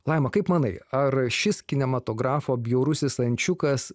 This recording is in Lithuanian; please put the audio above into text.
laima kaip manai ar šis kinematografo bjaurusis ančiukas